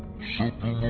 shut up